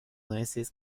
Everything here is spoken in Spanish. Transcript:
nueces